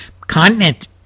continent